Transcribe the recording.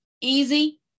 Easy